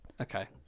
Okay